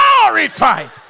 glorified